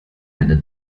eine